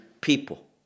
people